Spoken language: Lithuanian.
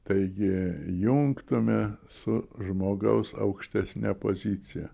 taigi jungtume su žmogaus aukštesne pozicija